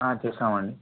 ఆ చూసామండి